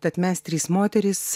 tad mes trys moterys